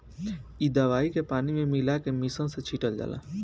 इ दवाई के पानी में मिला के मिशन से छिटल जाला